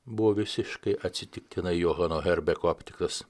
buvo visiškai atsitiktinai johano herbeko aptiktas